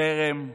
חרם,